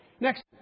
Next